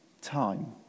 time